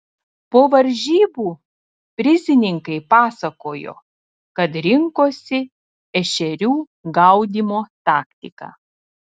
po varžybų prizininkai pasakojo kad rinkosi ešerių gaudymo taktiką